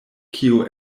kio